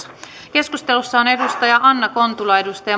keskustelussa on anna kontula